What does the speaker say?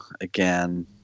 again